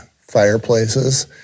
fireplaces